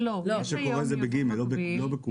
ולא ב-ק'.